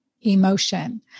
emotion